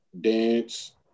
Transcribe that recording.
dance